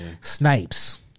Snipes